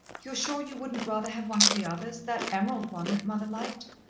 you're sure you wouldn't rather have one of the others that emerald one that mother liked?